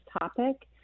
topic